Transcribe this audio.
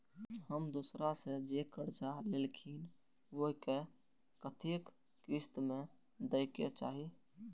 हम दोसरा से जे कर्जा लेलखिन वे के कतेक किस्त में दे के चाही?